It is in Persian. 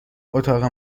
اتاق